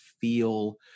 feel